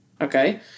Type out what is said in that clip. Okay